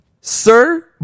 Sir